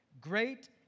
great